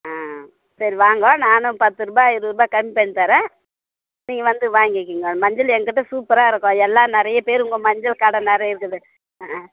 ஆ சரி வாங்க நானும் பத்துரூபா இருபதுரூபா கம்மி பண்ணி தரேன் நீங்கள் வந்து வாங்கிக்கங்க மஞ்சள் எங்கிட்ட சூப்பராக இருக்கும் எல்லா நிறைய பேர் உங்கள் மஞ்சள் கடை நிறைய இருக்குது